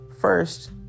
first